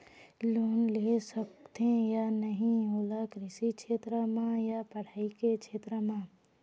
Loan ले सकथे या नहीं ओला कृषि क्षेत्र मा या पढ़ई के क्षेत्र मा?